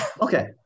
Okay